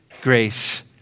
grace